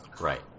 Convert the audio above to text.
Right